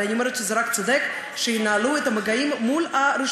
אבל אני אומרת שזה רק צודק שינהלו את המגעים עם הרשויות,